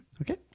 Okay